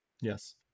Yes